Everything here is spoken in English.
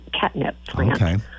catnip